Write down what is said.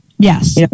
Yes